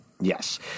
Yes